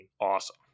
awesome